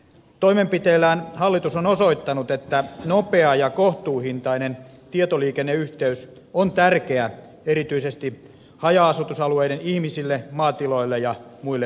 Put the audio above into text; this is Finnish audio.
toimenpiteillään hallitus on osoittanut että nopea ja kohtuuhintainen tietoliikenneyhteys on tärkeä erityisesti haja asutusalueiden ihmisille maatiloille ja muille yrityksille